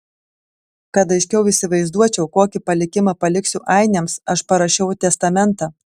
kad aiškiau įsivaizduočiau kokį palikimą paliksiu ainiams aš parašiau testamentą